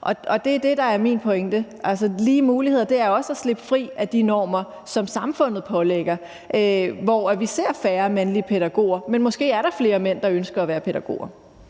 der er min pointe. Altså, lige muligheder er også at slippe fri af de normer, som samfundet pålægger en. Vi ser færre mandlige pædagoger, men måske er der flere mænd, der ønsker at være pædagoger.